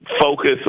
focus